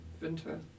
Winter